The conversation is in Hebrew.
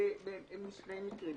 מקרים